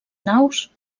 naus